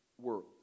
world